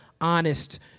honest